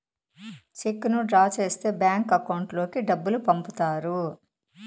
చెక్కును డ్రా చేస్తే bank account లోకి డబ్బులు పంపుతారు